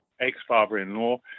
ex-father-in-law